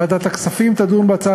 ועדת הכספים תדון בנושא: